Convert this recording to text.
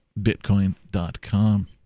bitcoin.com